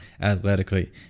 athletically